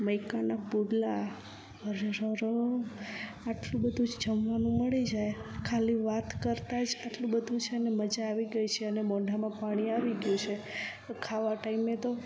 માઇકાના પુડલા અરરર આટલું બધું જમવાનું મળી જાય ખાલી વાત કરતા જ આટલું બધું છે ને મજા આવી ગઈ છે અને મોઢામાં પાણી આવી ગયું છે તો ખાવા ટાઈમે તો